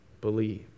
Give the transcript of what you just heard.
believe